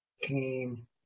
came